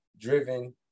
Driven